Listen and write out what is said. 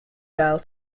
girl